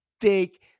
take